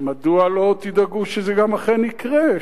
מדוע לא תדאגו שזה גם אכן יקרה,